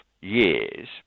years